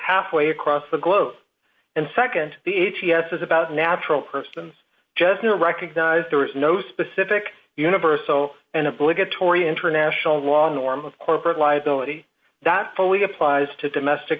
halfway across the globe and nd the a t f is about natural persons just not recognized there is no specific universal and obligatory international law norm of corporate liability that fully applies to domestic